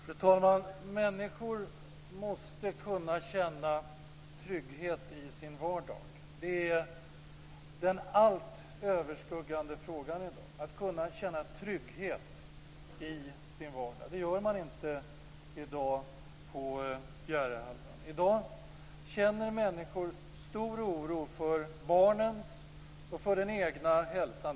Fru talman! Människor måste kunna känna trygghet i sin vardag. Det är den allt överskuggande frågan i dag - att kunna känna trygghet i sin vardag. Det gör man inte i dag på Bjärehalvön. I dag känner människor stor oro för barnens och för den egna hälsan.